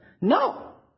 No